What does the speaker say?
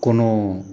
कोनो